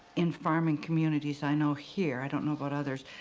in farming communities, i know here, i don't know about others,